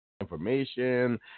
information